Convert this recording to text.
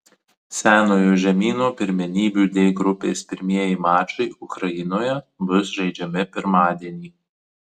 senojo žemyno pirmenybių d grupės pirmieji mačai ukrainoje bus žaidžiami pirmadienį